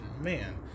man